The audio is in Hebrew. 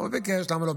הוא ביקש, למה לא?